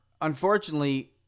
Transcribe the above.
unfortunately